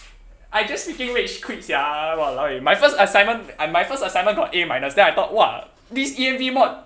I just freaking rage quit sia !walao! eh my first assignment my first assignment got A minus then I thought !wah! this E_M_D mod